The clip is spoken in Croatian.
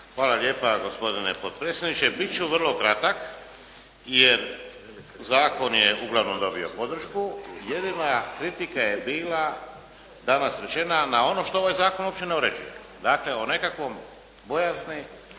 Hvala lijepa, gospodine potpredsjedniče. Bit ću vrlo kratak jer zakon je uglavnom dobio podršku. Jedina kritika je bila danas rečena na ono što ovaj zakon uopće ne uređuje, dakle o nekakvoj bojazni